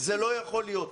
זה לא יכול להיות.